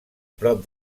prop